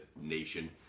nation